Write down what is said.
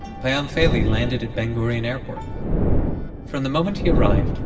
payam feili landed at ben gurion airport from the moment he arrived,